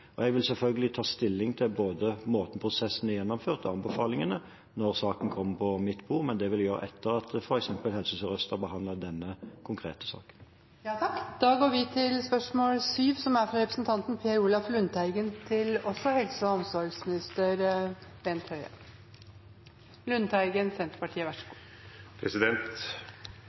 Og jeg vil selvfølgelig ta stilling til både måten prosessen er gjennomført på, og anbefalingene, når saken kommer på mitt bord, men det vil jeg gjøre etter at f.eks. Helse Sør-Øst har behandlet denne konkrete saken.